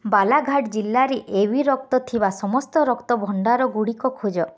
ବାଲାଘାଟ ଜିଲ୍ଲାରେ A B ରକ୍ତ ଥିବା ସମସ୍ତ ରକ୍ତ ଭଣ୍ଡାରଗୁଡ଼ିକ ଖୋଜ